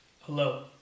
Hello